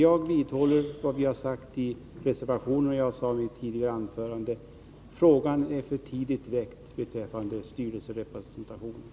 Jag vidhåller vad vi har sagt i reservationen och vad jag sade i ett tidigare anförande: Frågan om styrelserepresentationen är för tidigit väckt.